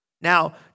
Now